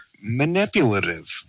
manipulative